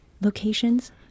locations